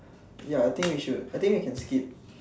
ya I think we should I think we can skip